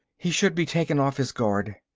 he should be taken off his guard.